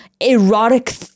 erotic